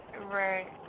Right